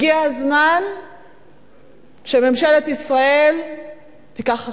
הגיע הזמן שממשלת ישראל תיקח אחריות.